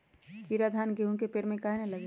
कीरा धान, गेहूं के पेड़ में काहे न लगे?